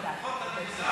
בסדר, אבל לפחות אני מודע,